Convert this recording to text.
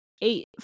eight